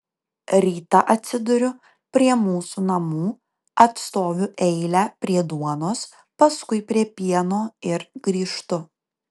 rytą atsiduriu prie mūsų namų atstoviu eilę prie duonos paskui prie pieno ir grįžtu